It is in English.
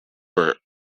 for